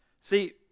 see